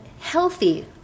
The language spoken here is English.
healthy